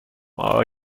our